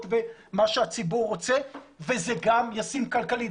ומה שהציבור רוצה וזה גם ישים כלכלית.